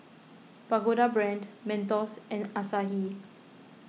Pagoda Brand Mentos and Asahi